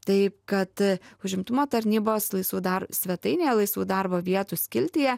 taip kad užimtumo tarnybos laisvų dar svetainėje laisvų darbo vietų skiltyje